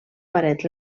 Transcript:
paret